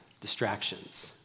distractions